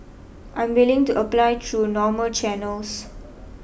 I'm willing to apply true normal channels